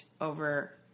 over